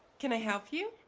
can i help you?